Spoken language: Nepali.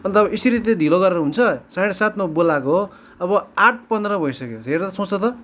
अन्त यसरी चाहिँ ढिलो गरेर हुन्छ साढे सातमा बोलाएको अब आठ पन्ध्र भइसक्यो हेर त सोच त